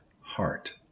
heart